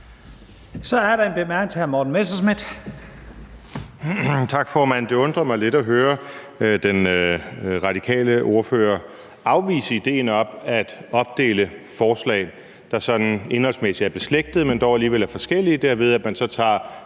Så er der en kort bemærkning til hr. Morten Messerschmidt.